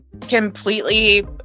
completely